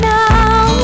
now